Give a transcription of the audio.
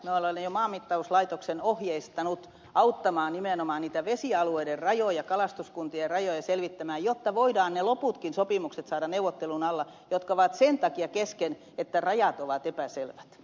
minä olen jo maanmittauslaitoksen ohjeistanut auttamaan nimenomaan niiden vesialueiden rajojen kalastuskuntien rajojen selvittämisessä jotta voidaan ne loputkin sopimukset saada neuvottelun alle jotka ovat sen takia kesken että rajat ovat epäselvät